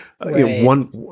one